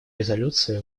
резолюции